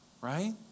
right